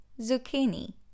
zucchini